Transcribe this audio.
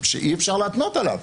שאי-אפשר להתנות עליו,